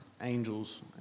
angels